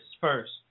first